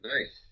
Nice